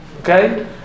Okay